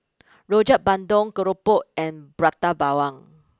Rrojak Bandung Keropok and Prata Bawang